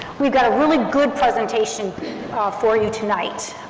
we've got a really good presentation for you tonight.